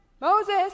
Moses